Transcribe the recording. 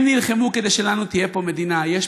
הם נלחמו כדי שלנו תהיה מדינה פה.